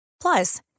Plus